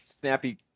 snappy